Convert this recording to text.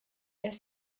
est